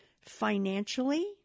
financially